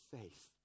faith